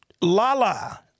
Lala